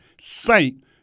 saint